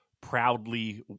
Proudly